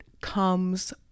comes